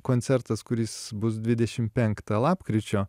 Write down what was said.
koncertas kuris bus dvidešim penktą lapkričio